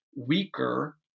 weaker